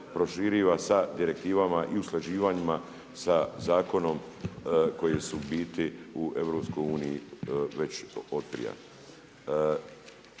sa direktivama i usklađivanjima sa zakonom koji su u biti u EU već otprije.